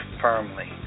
firmly